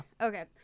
Okay